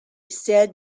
said